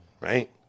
right